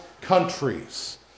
countries